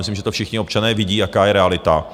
Myslím, že všichni občané vidí, jaká je realita.